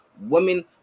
women